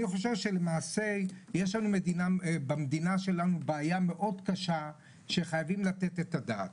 אני חושב שלמעשה יש במדינה שלנו בעיה מאוד קשה שחייבים לתת את הדעת.